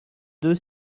deux